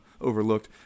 overlooked